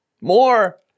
more